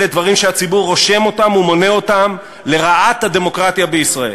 אלה דברים שהציבור רושם אותם ומונה אותם לרעת הדמוקרטיה בישראל".